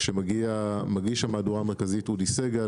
כשמגיש המהדורה המרכזית אודי סגל,